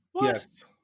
yes